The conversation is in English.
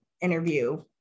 interview